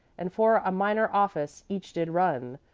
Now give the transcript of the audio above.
and for a minor office each did run.